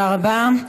תודה רבה.